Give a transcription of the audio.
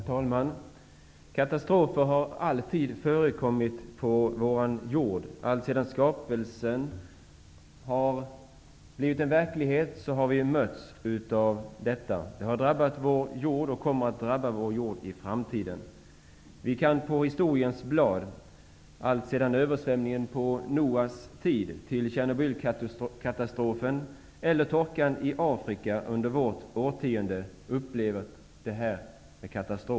Herr talman! Katastrofer har förekommit alltsedan jordens skapelse och kommer att drabba vår jord även i framtiden. Vi kan på historiens blad läsa allt från översvämningen på Noas tid, till Tjernobylkatastrofen eller torkan i Afrika under vårt årtionde.